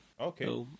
Okay